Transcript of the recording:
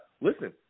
Listen